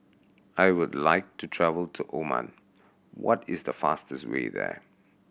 I would like to travel to Oman What is the fastest way there